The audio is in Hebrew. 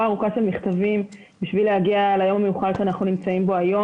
ארוכה של מכתבים בשביל להגיע ליום המיוחל שאנחנו נמצאים בו כעת.